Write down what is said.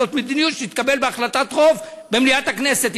זאת מדיניות שתתקבל בהחלטת רוב במליאת הכנסת.